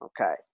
Okay